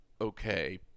okay